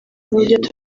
n’uburyo